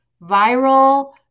viral